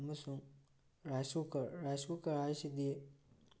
ꯑꯃꯁꯨꯡ rice cooker rice cooker ꯍꯥꯏꯁꯤꯗꯤ